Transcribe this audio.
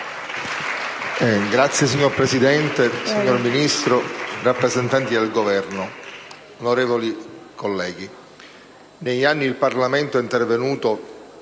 *(PdL)*. Signora Presidente, signor Ministro, rappresentanti del Governo, onorevoli colleghi, negli anni il Parlamento è intervenuto